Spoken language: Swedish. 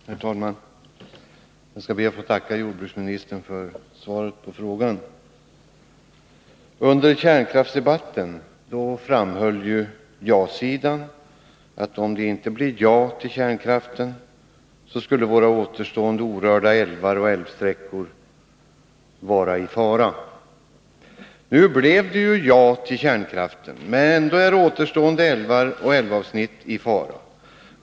Herr talman! Jag skall be att få tacka jordbruksministern för svaret på frågan. Under kärnkraftsdebatten framhöll ja-sidan att om det inte blev ja till kärnkraften så skulle våra återstående orörda älvar och älvavsnitt vara i fara. Det blev som bekant ja till kärnkraften, men ändå är återstående älvar och älvavsnitt i fara.